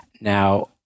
Now